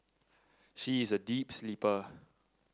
she is a deep sleeper